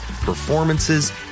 performances